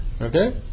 Okay